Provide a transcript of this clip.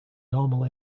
normal